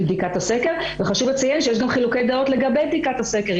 את בדיקת הסקר וחשוב לציין שיש גם חילוקי דעות לגבי בדיקת הסקר.